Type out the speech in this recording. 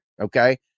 okay